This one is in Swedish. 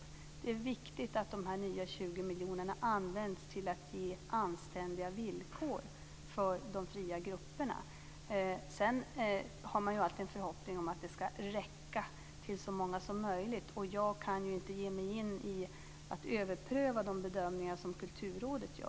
Det är viktigt att de här nya 20 miljonerna används till att ge anständiga villkor för de fria grupperna. Sedan har man ju alltid en förhoppning om att det ska räcka till så många som möjligt, och jag kan ju inte ge mig in i att överpröva de bedömningar som Kulturrådet gör.